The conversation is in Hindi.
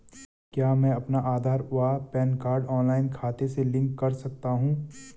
क्या मैं अपना आधार व पैन कार्ड ऑनलाइन खाते से लिंक कर सकता हूँ?